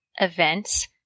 events